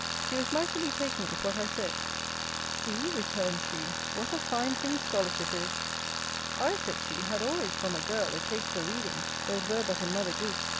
she was mightily taken with what i said see, returned she, what a fine thing scholarship is i, said she, had always, from a girl, a taste for reading, though it were but in mother goose,